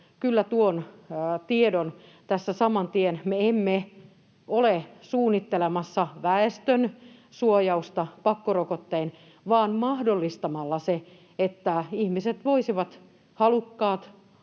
kyllä tuon tiedon tässä saman tien. Me emme ole suunnittelemassa väestön suojausta pakkorokottein vaan mahdollistamassa sen, että ihmiset, halukkaat,